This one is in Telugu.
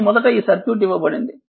కానీ మొదట ఈ సర్క్యూట్ ఇవ్వబడింది